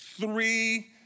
three